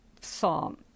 psalm